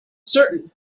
certain